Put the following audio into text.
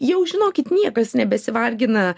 jau žinokit niekas nebesivargina